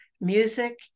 music